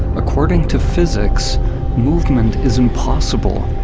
according to physics movement is impossible,